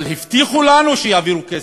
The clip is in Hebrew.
אבל הבטיחו לנו שיעבירו כסף.